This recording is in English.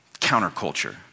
Counterculture